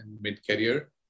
mid-career